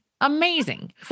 Amazing